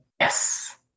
Yes